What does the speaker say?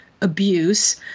abuse